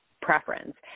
preference